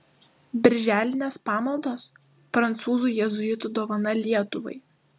birželinės pamaldos prancūzų jėzuitų dovana lietuvai